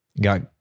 got